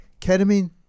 Ketamine